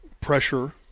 pressure